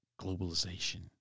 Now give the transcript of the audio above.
globalization